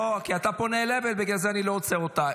כי אתה פונה אליה, ובגלל זה אני לא עוצר אותה.